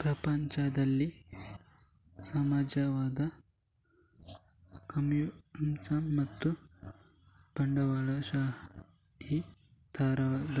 ಪ್ರಪಂಚದಲ್ಲಿ ಸಮಾಜವಾದ, ಕಮ್ಯುನಿಸಂ ಮತ್ತು ಬಂಡವಾಳಶಾಹಿ ತರದ